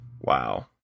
wow